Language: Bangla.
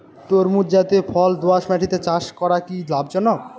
তরমুজ জাতিয় ফল দোঁয়াশ মাটিতে চাষ করা কি লাভজনক?